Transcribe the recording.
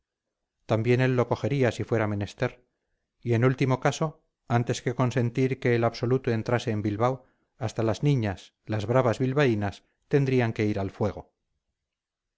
también él lo cogería si fuera menester y en último caso antes que consentir que el absoluto entrase en bilbao hasta las niñas las bravas bilbaínas tendrían que ir al fuego